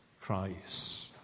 Christ